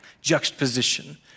juxtaposition